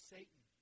Satan